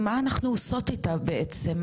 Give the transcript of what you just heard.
מה אנחנו עושות איתה בעצם,